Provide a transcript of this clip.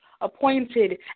appointed